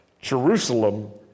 Jerusalem